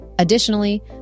Additionally